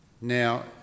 Now